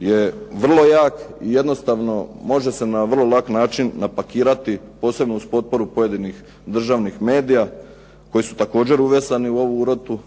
je vrlo jak. Jednostavno može se na vrlo lak način napakirati posebno uz potporu pojedinih državnih medija koji su također uvezani u ovu urotu